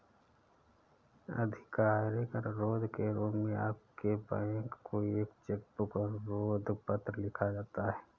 आधिकारिक अनुरोध के रूप में आपके बैंक को एक चेक बुक अनुरोध पत्र लिखा जाता है